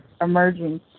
emerging